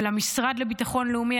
ולמשרד לביטחון לאומי.